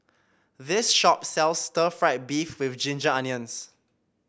this shop sells Stir Fried Beef with Ginger Onions